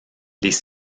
les